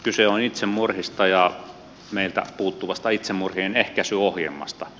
kyse on itsemurhista ja meiltä puuttuvasta itsemurhien ehkäisyohjelmasta